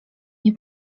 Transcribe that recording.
nie